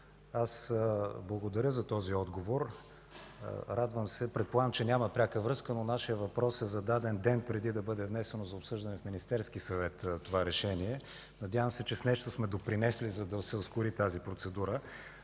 аз благодаря за този отговор. Предполагам, че няма пряка връзка, но нашият въпрос е зададен ден преди да бъде внесено за обсъждане в Министерския съвет това Решение. Надявам се, че с нещо сме допринесли, за да се ускори тази процедура.